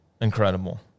incredible